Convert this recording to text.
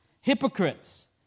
hypocrites